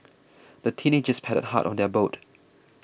the teenagers paddled hard on their boat